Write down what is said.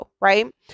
right